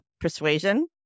persuasion